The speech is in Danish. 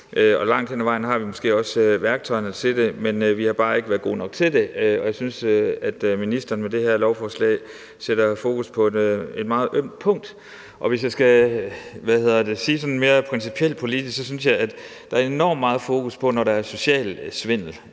og langt hen af vejen har vi måske også værktøjerne til det, men vi har bare ikke været gode nok til det, og jeg synes, at ministeren med det her lovforslag sætter fokus på et meget ømt punkt. Hvis jeg skal sige det sådan mere principielt politisk, synes jeg, at der er enormt meget fokus på det, når der er social svindel